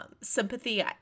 sympathy